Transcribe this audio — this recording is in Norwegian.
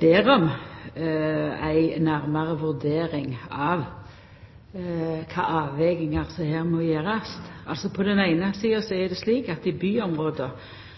ber om ei nærare vurdering av kva slags avvegingar som må gjerast. På den eine sida er det slik at i